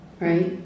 right